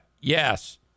Yes